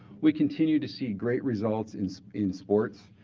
we continue to see great results in so in sports.